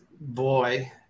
boy